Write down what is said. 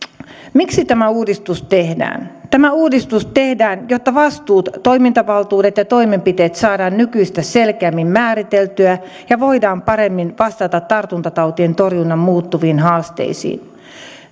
miksi tämä uudistus tehdään tämä uudistus tehdään jotta vastuut toimintavaltuudet ja toimenpiteet saadaan nykyistä selkeämmin määriteltyä ja voidaan paremmin vastata tartuntatautien torjunnan muuttuviin haasteisiin